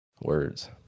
words